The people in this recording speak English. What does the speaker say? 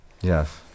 Yes